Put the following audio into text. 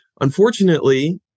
Unfortunately